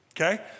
okay